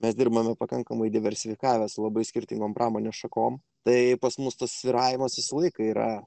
mes dirbame pakankamai diversifikavęs labai skirtingom pramonės šakoms tai pas mus tas svyravimas visą laiką yra